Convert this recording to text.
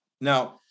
Now